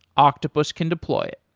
octopus can deploy it.